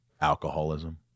alcoholism